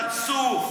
חצוף.